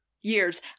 years